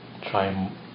Try